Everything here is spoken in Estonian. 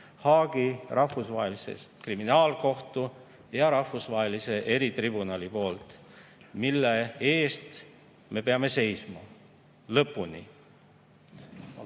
Haagi Rahvusvahelise Kriminaalkohtu ja rahvusvahelise eritribunali poolt, mille eest me peame seisma lõpuni.